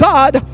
God